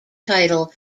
title